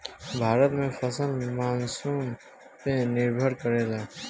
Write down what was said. भारत में फसल मानसून पे निर्भर करेला